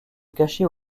cacher